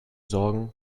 sorgen